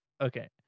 okay